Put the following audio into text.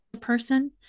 person